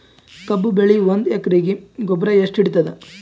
ಕಬ್ಬು ಬೆಳಿ ಒಂದ್ ಎಕರಿಗಿ ಗೊಬ್ಬರ ಎಷ್ಟು ಹಿಡೀತದ?